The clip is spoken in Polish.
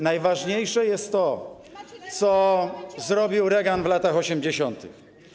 Najważniejsze jest to, co zrobił Reagan w latach 80.